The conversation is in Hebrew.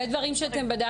זה דברים שבדקתם?